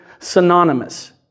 synonymous